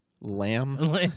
Lamb